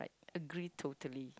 agree totally